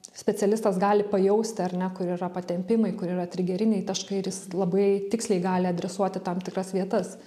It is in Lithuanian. specialistas gali pajausti ar ne kur yra patempimai kur yra trigeriniai taškai ir jis labai tiksliai gali adresuoti tam tikras vietas